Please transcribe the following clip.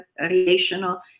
relational